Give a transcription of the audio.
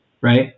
right